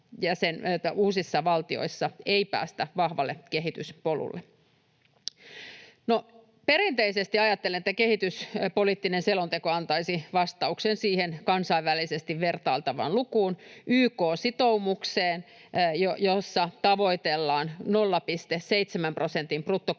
uusissa valtioissa ei päästä vahvalle kehityspolulle. No, perinteisesti ajattelen, että kehityspoliittinen selonteko antaisi vastauksen siihen kansainvälisesti vertailtavaan lukuun, YK-sitoumukseen, jossa tavoitellaan 0,7 prosentin bruttokansantulon